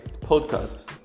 podcast